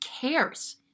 cares